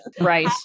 right